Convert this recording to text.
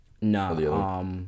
No